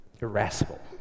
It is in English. irascible